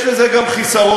יש לזה גם חיסרון,